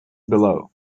below